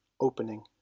Opening